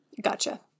Gotcha